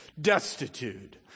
destitute